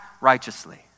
righteously